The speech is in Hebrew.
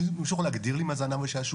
מישהו יכול להגדיר לי מה זה הנאה ושעשוע?